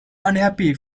unhappy